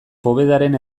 povedaren